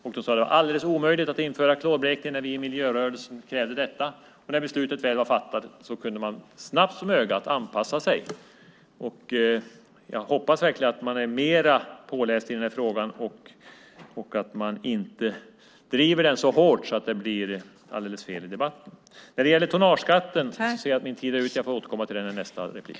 De sade att det var alldeles omöjligt att upphöra med klorblekning när vi i miljörörelsen krävde detta, men när beslutet väl var fattat kunde man snabbt som ögat anpassa sig. Jag hoppas verkligen att man är mer påläst i den här frågan och att man inte driver den så hårt att det blir alldeles fel i debatten. Min talartid är ute, så jag får återkomma till tonnageskatten i nästa replik.